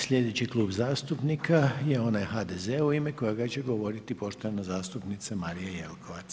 Sljedeći Klub zastupnika je onaj HDZ-a u ime kojega će govoriti poštovana zastupnica Marija Jelkovac.